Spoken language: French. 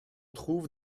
trouve